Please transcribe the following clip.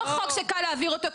זה לא חוק שקל להעביר אותו,